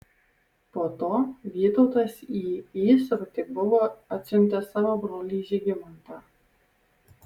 po to vytautas į įsrutį buvo atsiuntęs savo brolį žygimantą